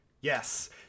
Yes